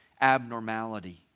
Abnormality